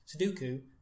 Sudoku